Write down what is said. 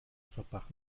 verbarg